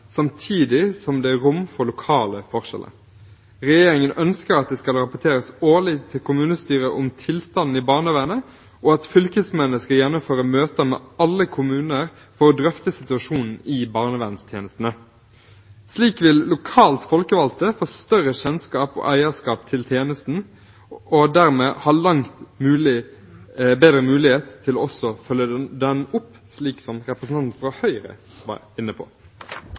samtidig som det er rom for lokale forskjeller. Regjeringen ønsker at det skal rapporteres årlig til kommunestyret om tilstanden i barnevernet, og at fylkesmennene skal gjennomføre møter med alle kommuner for å drøfte situasjonen i barnevernstjenestene. Slik vil lokalt folkevalgte få større kjennskap og eierskap til tjenesten og dermed ha langt bedre mulighet til å følge den opp, slik som representanten fra Høyre var inne på.